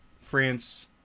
France